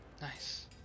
Nice